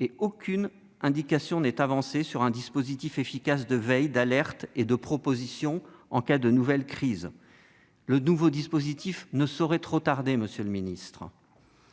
et aucune indication n'est avancée sur un dispositif efficace de veille, d'alerte et de propositions en cas de nouvelle crise. Le nouveau dispositif ne saurait trop tarder, monsieur le ministre.